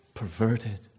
perverted